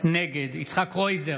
נגד יצחק קרויזר,